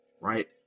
right